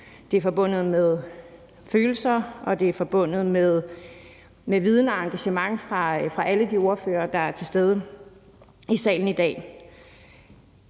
Det er forbundet med følelser, det er forbundet med viden og engagement fra alle de ordførere, der er til stede i salen i dag.